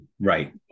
Right